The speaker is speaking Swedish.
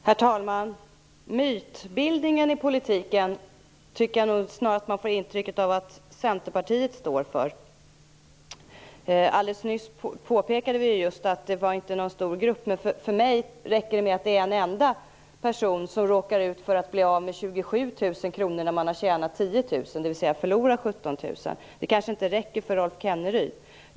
Herr talman! Mytbildningen i politiken får man nog snarast intrycket att Centerpartiet står för. Alldeles nyss påpekade vi ju just att det inte handlar om någon stor grupp. Men för mig räcker det att en enda person råkar ut för att bli av med 27 000 kr när man har tjänat 10 000 kr, dvs. förlorar 17 000 kr. Det kanske inte räcker för Rolf Kenneryd.